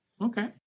Okay